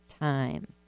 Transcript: time